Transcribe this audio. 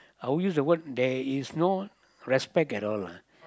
I would use the word there is no respect at all lah